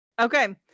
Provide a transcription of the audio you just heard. Okay